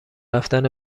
رفتن